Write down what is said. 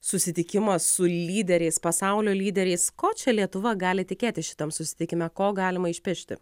susitikimas su lyderiais pasaulio lyderiais ko čia lietuva gali tikėtis šitam susitikime ko galima išpešti